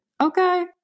Okay